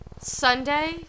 Sunday